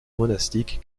monastique